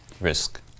risk